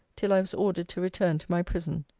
till i was ordered to return to my prison.